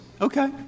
Okay